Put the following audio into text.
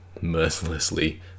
mercilessly